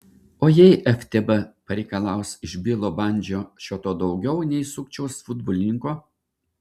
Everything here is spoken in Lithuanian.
o jei ftb pareikalaus iš bilo bandžio šio to daugiau nei sukčiaus futbolininko